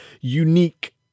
unique